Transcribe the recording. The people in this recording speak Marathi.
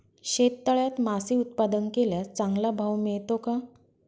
शेततळ्यात मासे उत्पादन केल्यास चांगला भाव मिळतो का?